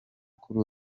kuri